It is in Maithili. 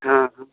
हँ हॅं